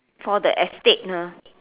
for the estate ha